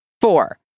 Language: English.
four